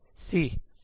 C -dependout c